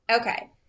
okay